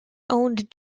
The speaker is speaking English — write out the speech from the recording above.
owned